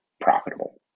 profitable